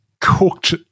cooked